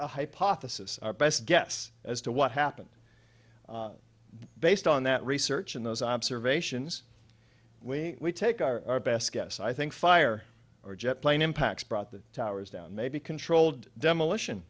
a hypothesis our best guess as to what happened based on that research and those observations we take our best guess i think fire or jet plane impacts brought the towers down maybe controlled demolition